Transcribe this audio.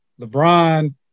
LeBron